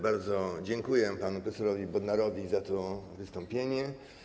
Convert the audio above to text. Bardzo dziękuję panu prof. Bodnarowi za to wystąpienie.